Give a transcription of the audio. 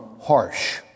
harsh